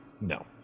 no